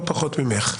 לא פחות ממך.